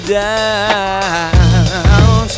down